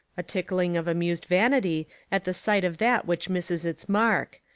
a tickling of amused vanity at the sight of that which misses its mark,